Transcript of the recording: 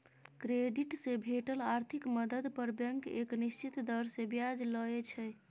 credit से भेटल आर्थिक मदद पर बैंक एक निश्चित दर से ब्याज लइ छइ